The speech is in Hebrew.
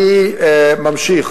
אני ממשיך.